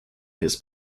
his